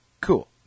Cool